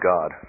God